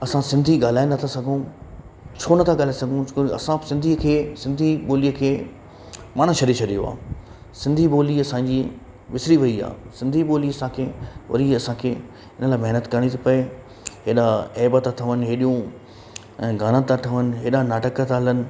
असां सिंधी ॻाल्हाए न था सघूं छो न था ॻाल्हाए सघूं मुश्किल असां बि सिंधीअ खे सिंधी ॿोलीअ खे मण छॾे छॾियो आहे सिंधी ॿोली असांजी विसरी वई आहे सिंधी ॿोली असांखे वरी असांखे इन लाइ महिनत करिणी थी पए हेॾा एब था ठहनि हेॾियूं ऐं गाना था ठहनि हेॾा नाटक था हलनि